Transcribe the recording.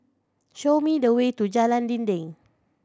show me the way to Jalan Dinding